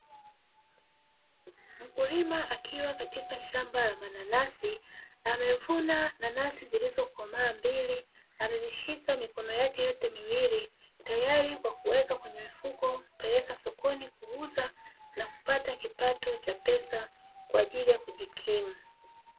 Mkulima akiwa katika shamba la mananasi amevuna nanasi zilizokomaa mbili, amezishika mikono yake yote miwili tayari kwa kuweka kwenye mifuko kupeleka sokoni kuuza na kupata kipato cha pesa kwa ajili ya kujikimu.